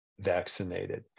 vaccinated